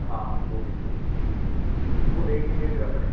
हां वो बिलकुल वो देख लेंगे फिर अपने